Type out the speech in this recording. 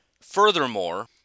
furthermore